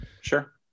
Sure